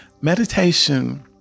Meditation